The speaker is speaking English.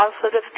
positive